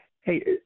Hey